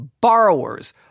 borrowers